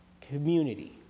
community